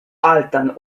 altan